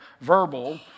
verbal